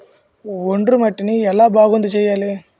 ఒండ్రు మట్టిని ఎలా బాగుంది చేయాలి?